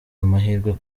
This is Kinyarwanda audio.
amahirwe